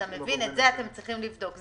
את זה אתם צריכים לבדוק.